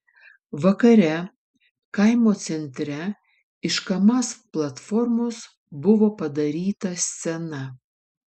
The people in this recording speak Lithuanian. vakare kaimo centre iš kamaz platformos buvo padaryta scena